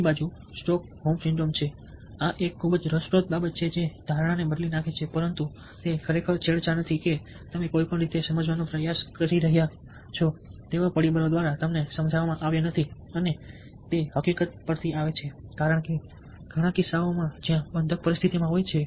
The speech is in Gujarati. બીજી બાજુ સ્ટોકહોમ સિન્ડ્રોમ એક ખૂબ જ રસપ્રદ બાબત છે જે ધારણાને બદલી નાખે છે પરંતુ તે ખરેખર છેડછાડ નથી કે તમે કોઈ પણ રીતે સમજાવવાનો પ્રયાસ કરી રહ્યાં છો તેવા પરિબળો દ્વારા તમને સમજાવવામાં આવ્યાં નથી અને તે હકીકત પરથી આવે છે કારણ કે ઘણા કિસ્સાઓમાં જ્યાં બંધક પરિસ્થિતિમાં હોય છે